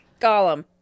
Gollum